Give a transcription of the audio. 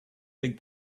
big